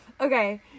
okay